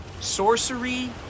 Sorcery